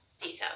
detail